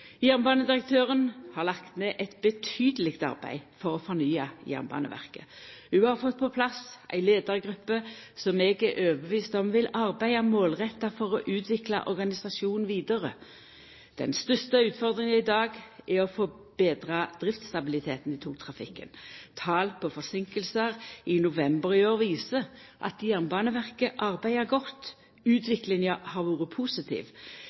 Jernbanedirektøren har lagt ned eit betydeleg arbeid for å fornya Jernbaneverket. Ho har fått på plass ei leiargruppe som eg er overtydd om vil arbeida målretta for å utvikla organisasjonen vidare. Den største utfordringa i dag er å få betra driftsstabiliteten i togtrafikken. Talet på forseinkingar i november i år viser at Jernbaneverket arbeider godt – utviklinga har vore positiv.